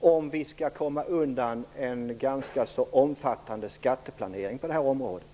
om vi skall komma undan en ganska så omfattande skatteplanering på detta område.